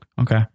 Okay